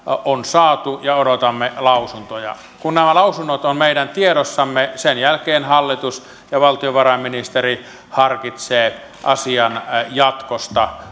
on saatu ja odotamme lausuntoja kun nämä lausunnot ovat meidän tiedossamme sen jälkeen hallitus ja valtiovarainministeri harkitsevat asian jatkoa